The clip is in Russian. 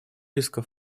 риска